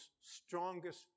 strongest